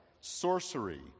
sorcery